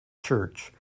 church